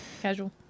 Casual